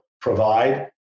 provide